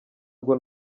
bwo